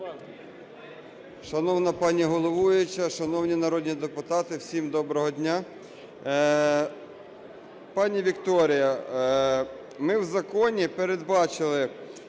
Шановна пані головуюча, шановні народні депутати, всім доброго дня! Пані Вікторія, ми в законі передбачили